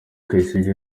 kasirye